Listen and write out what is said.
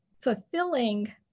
fulfilling